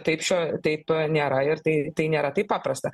taip šio taip nėra ir tai tai nėra taip paprasta